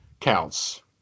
counts